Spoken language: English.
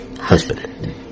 Husband